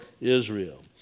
Israel